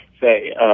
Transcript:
say